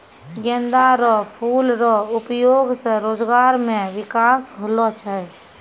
गेंदा रो फूल रो उपयोग से रोजगार मे बिकास होलो छै